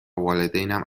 والدینم